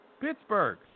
Pittsburgh